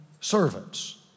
servants